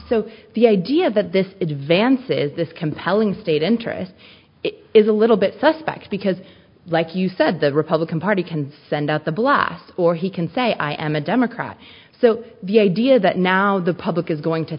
so the idea that this advances this compelling state interest is a little bit suspect because like you said the republican party can send out the blast or he can say i am a democrat so the idea that now the public is going to